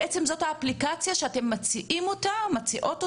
למעשה זו האפליקציה שאתם מציעים כדי שזה יעבוד.